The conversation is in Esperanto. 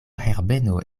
herbeno